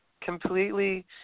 completely